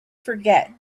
forget